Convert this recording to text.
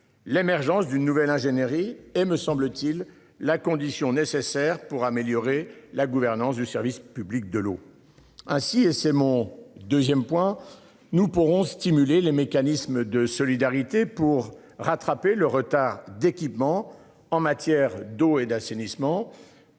l'émergence d'une nouvelle ingénierie et me semble-t-il la condition nécessaire pour améliorer la gouvernance du service public de l'eau. Ah si et c'est mon 2ème point nous pourrons stimuler les mécanismes de solidarité pour rattraper le retard d'équipement en matière d'eau et d'assainissement.